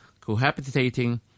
cohabitating